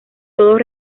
todos